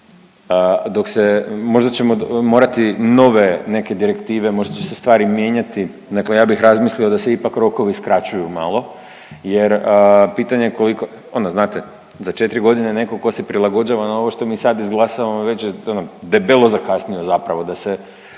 dok se, možda ćemo morati nove neke direktive, možda će se stvari mijenjati. Dakle, ja bih razmislio da se ipak rokovi skraćuju malo jer pitanje koliko, ono znate za 4 godine netko tko se prilagođava na ovo što mi sad izglasamo već je ono debelo zakasnio zapravo da se